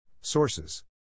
Sources